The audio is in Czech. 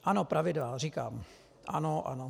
Ano, pravidla, říkám, ano, ano.